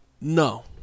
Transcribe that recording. No